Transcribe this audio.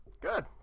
Good